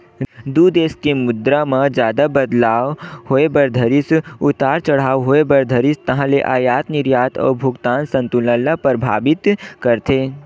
दू देस के मुद्रा म जादा बदलाव होय बर धरिस उतार चड़हाव होय बर धरिस ताहले अयात निरयात अउ भुगतान संतुलन ल परभाबित करथे